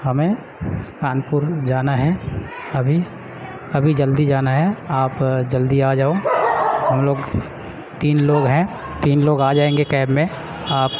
ہمیں کان پور جانا ہے ابھی ابھی جلدی جانا ہے آپ جلدی آ جاؤ ہم لوگ تین لوگ ہیں تین لوگ آ جائیں گے کیب میں آپ